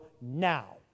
now